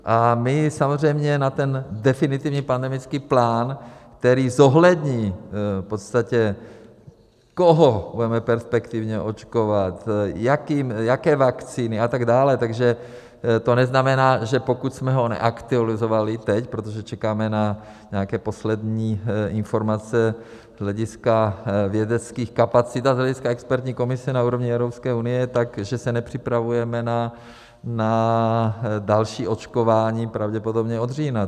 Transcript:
A my samozřejmě na ten definitivní pandemický plán, který zohlední v podstatě, koho budeme perspektivně očkovat, jaké vakcíny a tak dále, takže to neznamená, že pokud jsme ho neaktualizovali teď, protože čekáme na nějaké poslední informace z hlediska vědeckých kapacit a z hlediska expertní komise na úrovni Evropské unie, tak že se nepřipravujeme na další očkování, pravděpodobně od října.